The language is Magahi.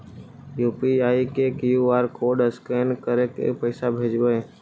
यु.पी.आई के कियु.आर कोड स्कैन करके पैसा कैसे भेजबइ?